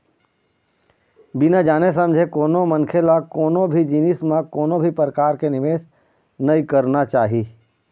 बिन जाने समझे कोनो मनखे ल कोनो भी जिनिस म कोनो भी परकार के निवेस नइ करना चाही